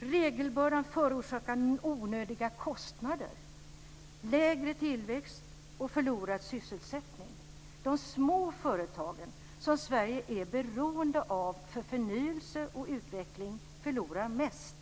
Regelbördan förorsakar onödiga kostnader, lägre tillväxt och förlorad sysselsättning. De små företag som Sverige är beroende av för förnyelse och utveckling förlorar mest.